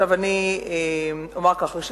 אני אומר כך: ראשית,